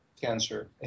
cancer